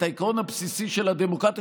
את העיקרון הבסיסי של הדמוקרטיה,